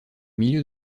milieu